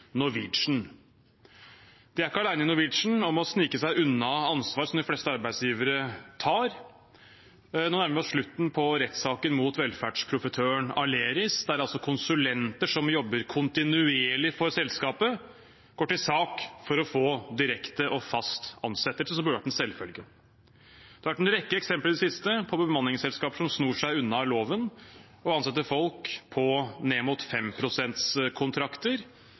er ikke alene om å snike seg unna et ansvar som de fleste arbeidsgivere tar. Nå nærmer vi oss slutten på rettssaken mot velferdsprofitøren Aleris, der konsulenter som jobber kontinuerlig for selskapet, har gått til sak for å få direkte og fast ansettelse – som burde vært en selvfølge. Det har i det siste vært en rekke eksempler på bemanningsselskaper som snor seg unna loven og ansetter folk på ned mot 5 prosentkontrakter,